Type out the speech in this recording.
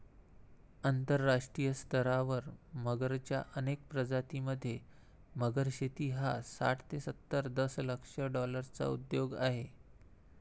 आंतरराष्ट्रीय स्तरावर मगरच्या अनेक प्रजातीं मध्ये, मगर शेती हा साठ ते सत्तर दशलक्ष डॉलर्सचा उद्योग आहे